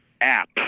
app